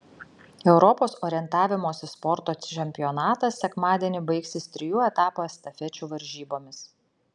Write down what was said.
europos orientavimosi sporto čempionatas sekmadienį baigsis trijų etapų estafečių varžybomis